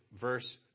verse